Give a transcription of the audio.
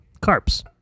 Carps